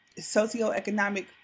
socioeconomic